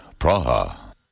Praha